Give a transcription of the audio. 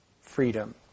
freedom